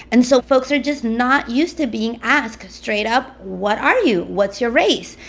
and so folks are just not used to being asked straight-up, what are you? what's your race?